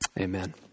amen